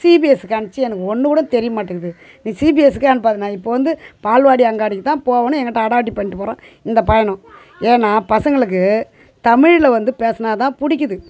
C P எஸ்க்கு அமிச்சு எனக்கு ஒன்றுக்கூட தெரிய மாட்டிக்குது நீ சி பி எஸ்கே அனுப்பாத நான் இப்போ வந்து பால்வாடி அங்காடிக்குதான் போவன்ணு எங்கள்கிட்ட அடாவடி பண்ணிட்டு போகறான் இந்த பையனும் ஏன்னா பசங்களுக்கு தமிழில் வந்து பேசுனாதாக புடிக்குது